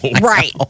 Right